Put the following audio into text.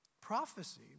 prophecy